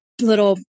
little